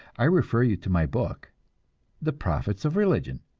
i refer you to my book the profits of religion,